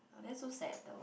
that's so sad though